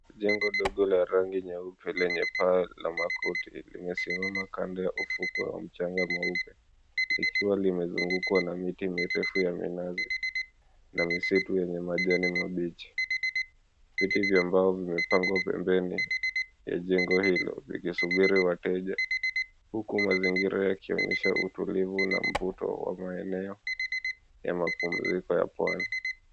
Jengo dogo la rangi nyeupe lenye paa la makuti limesimama kando ya ufukwe wa mchanga mweupe, likiwa limezungukwa na miti mirefu ya minazi, na misitu yenye majani mabichi. Viti vya mbao vimepangwa pembeni ya jengo hilo likisubiri wateja, huku mazingira yakionyesha utulivu na mvuto wa maeneo ya mapumziko ya pwani.